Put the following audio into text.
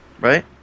Right